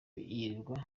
yirirwa